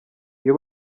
iyo